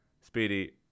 Speedy